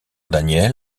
daniel